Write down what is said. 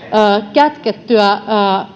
kätkettyä